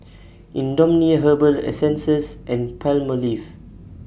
Indomie Herbal Essences and Palmolive